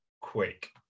quick